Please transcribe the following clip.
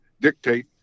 dictate